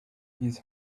his